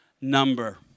number